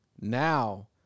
Now